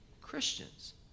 Christians